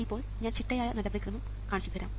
ഇപ്പോൾ ഞാൻ ചിട്ടയായ നടപടിക്രമം കാണിച്ചുതരാം